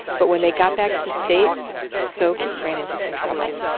but when they got back to the states sok ran into some trouble